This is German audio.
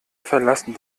verlassen